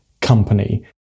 company